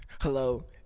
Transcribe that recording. Hello